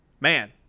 man